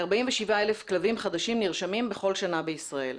כ-47,000 כלבים חדשים נרשמים בכל שנה בישראל.